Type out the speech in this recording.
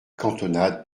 cantonade